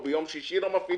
או ביום שישי לא מפעילים,